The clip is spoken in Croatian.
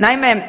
Naime,